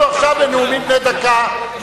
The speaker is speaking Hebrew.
אנחנו עכשיו בנאומים בני דקה,